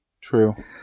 True